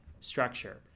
structure